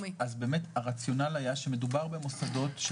הרציונל היה שמדובר במוסדות,